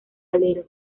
alero